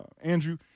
Andrew